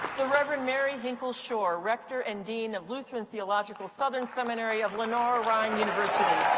rev. and mary hinkle shore, rector and dean of lutheran theological southern seminary of lenoir-rhine university.